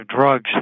drugs